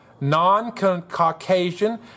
non-Caucasian